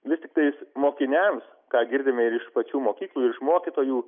vis tiktais mokiniams ką girdime ir iš pačių mokyklų iš mokytojų